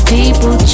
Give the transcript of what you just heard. People